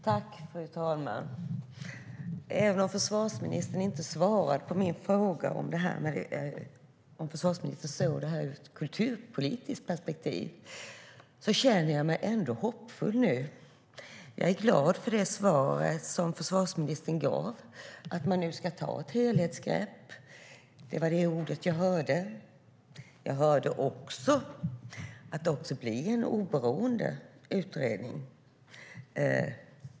Fru talman! Även om försvarsministern inte svarade på min fråga om hon ser på detta ur ett kulturpolitiskt perspektiv känner jag mig ändå hoppfull nu. Jag är glad för det svar som försvarsministern gav, att man nu ska ta ett "helhetsgrepp". Det var detta ord jag hörde. Jag hörde också att det blir en oberoende utredning.